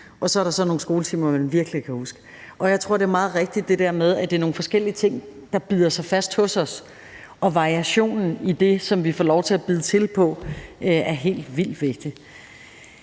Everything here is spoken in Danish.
og så er der nogle skoletimer, som man virkelig kan huske, og jeg tror, det er meget rigtigt, at det er nogle forskellige ting, der bider sig fast hos os, og at variationen i det, som vi får lov til at bide til på, er helt vildt vigtig.